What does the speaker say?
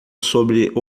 sobre